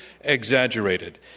exaggerated